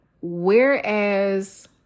whereas